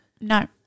no